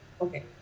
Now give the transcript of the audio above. Okay